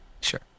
sure